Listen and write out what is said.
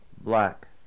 Black